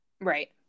Right